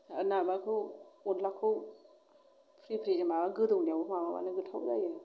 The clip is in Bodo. माबाखौ अनलाखौ फ्रि फ्रि गोदौनायाव माबाबानो गोथाव जायो